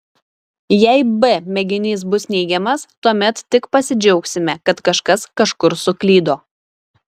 jei b mėginys bus neigiamas tuomet tik pasidžiaugsime kad kažkas kažkur suklydo